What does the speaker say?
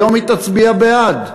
היום היא תצביע בעד.